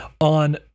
on